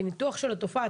כי ניתוח של התופעה,